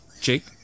Jake